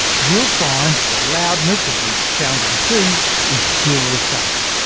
you'll find that the loudness of the sound of the sea is still the same.